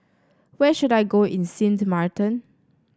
where should I go in Sint Maarten